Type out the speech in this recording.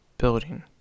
building